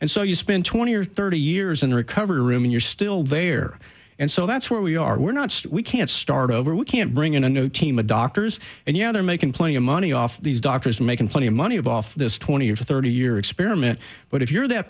and so you spent twenty or thirty years in recovery room and you're still there and so that's where we are we're not we can't start over we can't bring in a new team of doctors and you know they're making plenty of money off these doctors making plenty of money off this twenty or thirty year experiment but if you're that